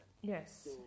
Yes